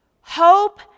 hope